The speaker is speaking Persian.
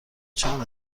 چند